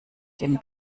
dem